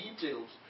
details